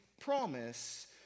promise